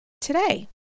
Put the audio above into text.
Today